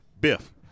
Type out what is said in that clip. Biff